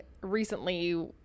recently